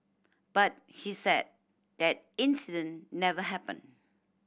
but he said that incident never happened